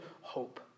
hope